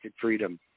freedom